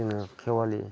जोङो खेवालि